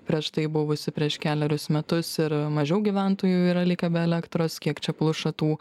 prieš tai buvusi prieš kelerius metus ir mažiau gyventojų yra likę be elektros kiek čia pluša tų